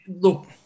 look